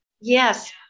Yes